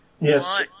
Yes